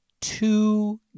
Two